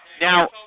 Now